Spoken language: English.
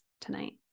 tonight